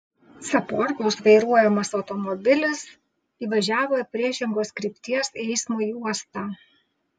caporkaus vairuojamas automobilis įvažiavo į priešingos krypties eismo juostą